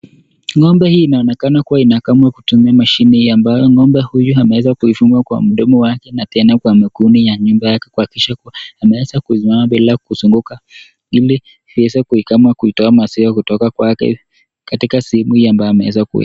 Ng'ombe hii inaonekana kuwa inakamwa kutumia mashini ambayo ng'ombe huyu ameeza kuifunga kwa mdomo wake na tena kwa miguuni ya nyuma yake kuhakikisha ameeza kusimama bila kuzunguka ili kueza kuikama kuitoa maziwa kutoka kwake katika sehemu ambayo ameeza kuwekwa.